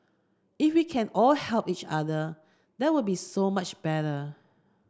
if we can all help each other that would be so much better